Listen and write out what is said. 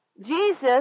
Jesus